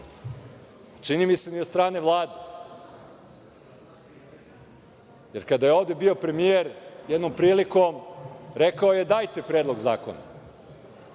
čini mi se ni od strane Vlade. Kada je ovde bio premijer, jednom prilikom, rekao je dajte - Predlog zakona.